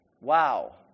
Wow